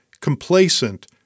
complacent